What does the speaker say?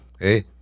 Hey